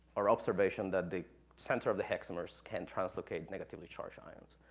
our observation that the center of the hexamers can translocate negatively-charged ions.